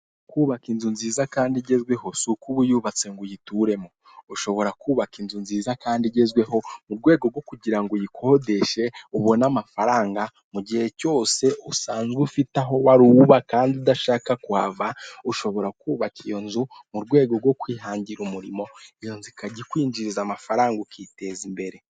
Kubaka inzu nziza kandi igezweho si ukuba uyubatse ngo uyituremo, ushobora kubaka inzu nziza kandi igezweho mu rwego rwo kugira ngo uyikodeshe ubone amafaranga, mu gihe cyose usanzwe ufite aho wari uba kandi udashaka kuhava, ushobora kubaka iyo nzu mu rwego rwo kwihangira umurimo, iyo nzu ikajya ikwinjiriza amafaranga kandi ukiteza imbere.